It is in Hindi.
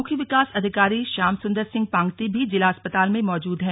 मुख्य विकास अधिकारी श्याम सुंदर सिंह पांगती भी जिला अस्पताल में मौजूद हैं